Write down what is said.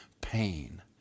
pain